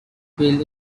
bill